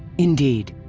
indeed,